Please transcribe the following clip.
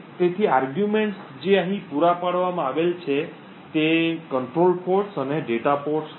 તેથી આર્ગ્યુમેન્ટ્સ કે જે અહીં પુરા પાડવામાં આવેલ છે તે નિયંત્રણ પોર્ટ્સ અને ડેટા પોર્ટ્સ છે